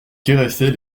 caressait